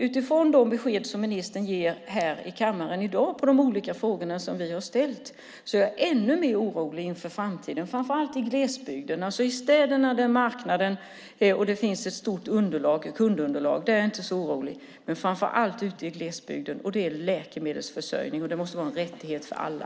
Utifrån de besked som ministern ger här i kammaren i dag i de olika frågor som vi har ställt är jag ännu mer orolig inför framtiden, framför allt när det gäller glesbygden. För städerna, där marknaden råder och där det finns ett stort kundunderlag, är jag inte så orolig. Det handlar framför allt om glesbygden. Det här är läkemedelsförsörjning. Det måste vara en rättighet för alla.